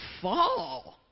fall